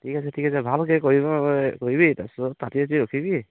ঠিক আছে ঠিক আছে ভালকে কৰিবি তাৰপিছত ৰখিবি